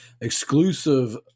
exclusive